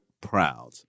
proud